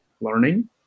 learning